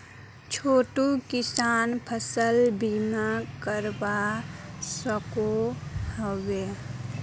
छोटो किसान फसल बीमा करवा सकोहो होबे?